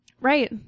Right